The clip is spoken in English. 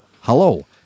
hello